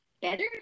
better